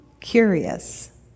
curious